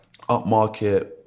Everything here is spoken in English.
upmarket